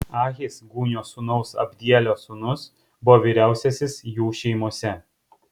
ahis gūnio sūnaus abdielio sūnus buvo vyriausiasis jų šeimose